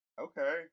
okay